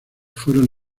fueron